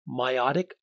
Meiotic